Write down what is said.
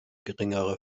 geringere